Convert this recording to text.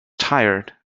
tired